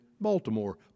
Baltimore